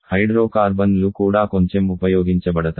హైడ్రోకార్బన్లు కూడా కొంచెం ఉపయోగించబడతాయి